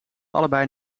allebei